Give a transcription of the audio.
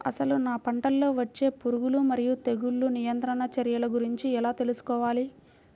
అసలు నా పంటలో వచ్చే పురుగులు మరియు తెగులుల నియంత్రణ చర్యల గురించి ఎలా తెలుసుకోవాలి?